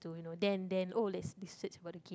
to you know then then oh let's research about the game